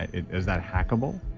is that hackable